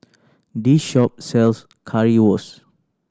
this shop sells Currywurst